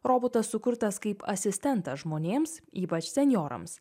robotas sukurtas kaip asistentas žmonėms ypač senjorams